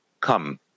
come